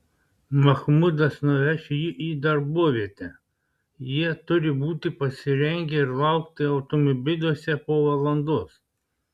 mahmudas nuveš jį į darbovietę jie turi būti pasirengę ir laukti automobiliuose po valandos